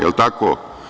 Jel tako?